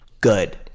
Good